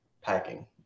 Packing